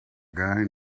guy